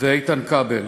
ואיתן כבל.